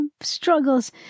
struggles